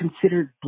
considered